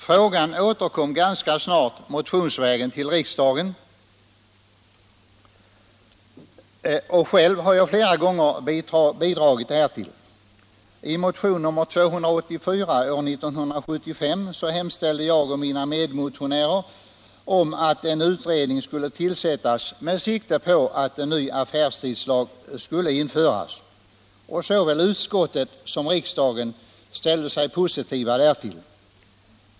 Frågan återkom ganska snart motionsvägen till riksdagen, och själv har jag flera gånger bidragit härtill. en utredning skulle tillsättas med sikte på att en ny affärstidslag skulle införas, och såväl utskottet som riksdagen ställde sig positiva därtill.